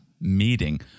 meeting